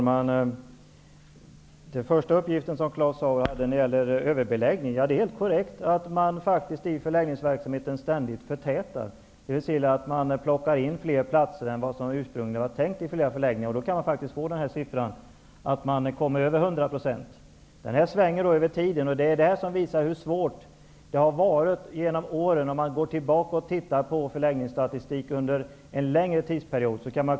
Herr talman! Det är helt korrekt att man i förläggningsverksamheten ständigt förtätar, dvs. man inrättar fler platser i förläggningarna än som ursprungligen var tänkt. Då kan man faktiskt få en beläggningssiffra på över 100 %. Detta svänger mycket snabbt över tiden, och det är därför som det är så svårt att göra prognoser. Det kan man se om man går tillbaka och ser på förläggningsstatistiken under en längre tidsperiod.